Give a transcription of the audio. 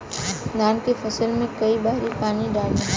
धान के फसल मे कई बारी पानी डाली?